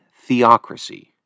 Theocracy